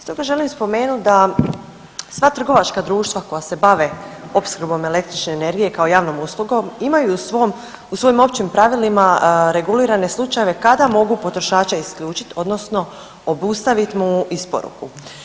Stoga želim spomenut da sva trgovačka društva koja se bave opskrbom električne energije kao javnom uslugom ima u svojim općim pravilima regulirane slučajeve kada mogu potrošača isključit odnosno obustavit mu isporuku.